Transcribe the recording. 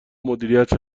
مدیریت